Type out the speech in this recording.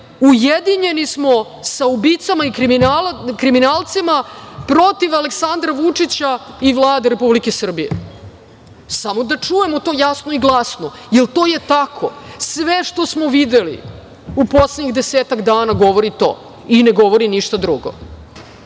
ujedinjeni smo sa ubicama i kriminalcima, protiv Aleksandra Vučića i Vlade Republike Srbije. Samo da čujemo to jasno i glasno. Jer, to je tako. Sve što smo videli u poslednjih desetak dana govori to i ne govori ništa drugo.